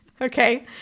okay